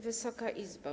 Wysoka Izbo!